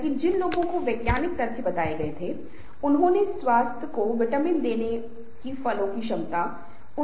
यदि समूह के सदस्य आपस में चर्चा कर रहे हैं तो इस संघर्ष को सुलझाया जा सकता है और इससे बहुत कुछ रचनात्मक हो सकता है